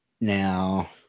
now